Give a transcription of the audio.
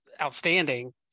outstanding